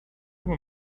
were